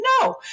no